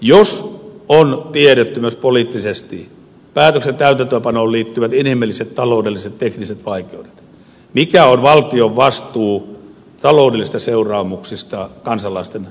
jos on tiedetty myös poliittisesti päätöksen täytäntöönpanoon liittyvät inhimilliset taloudelliset ja tekniset vaikeudet mikä on valtion vastuu taloudellisista seuraamuksista kansalaisten eriarvoisuuden osalta